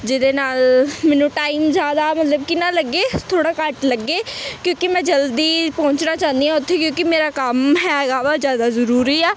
ਜਿਹਦੇ ਨਾਲ ਮੈਨੂੰ ਟਾਈਮ ਜ਼ਿਆਦਾ ਮਤਲਬ ਕਿ ਨਾ ਲੱਗੇ ਥੋੜ੍ਹਾ ਘੱਟ ਲੱਗੇ ਕਿਉਂਕਿ ਮੈਂ ਜਲਦੀ ਪਹੁੰਚਣਾ ਚਾਹੁੰਦੀ ਹਾਂ ਉੱਥੇ ਕਿਉਂਕਿ ਮੇਰਾ ਕੰਮ ਹੈਗਾ ਵਾ ਜ਼ਿਆਦਾ ਜ਼ਰੂਰੀ ਆ